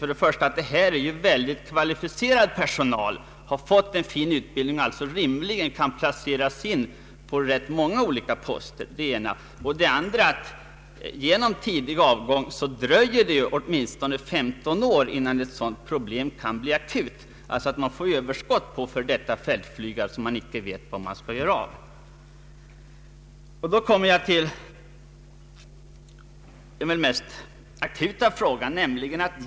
För det första gäller det här mycket kvalificerad personal, som har fått en fin utbildning och som rimligen kan placeras på rätt många poster. För det andra dröjer det genom den hittillsvarande tidiga avgången åtminstone 15 år innan ett sådant problem kan bli akut, alltså att man får ett överskott på före detta fältflygare, som man inte vet vad man skall göra med. Jag kommer så till det mest aktuella problemet.